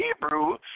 Hebrew